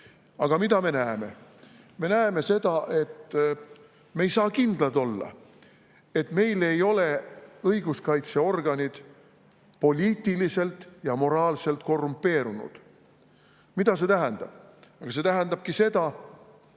Aga mida me näeme? Me näeme seda, et me ei saa kindlad olla, et meil ei ole õiguskaitseorganid poliitiliselt ja moraalselt korrumpeerunud. Mida see tähendab? See tähendabki seda,